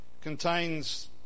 contains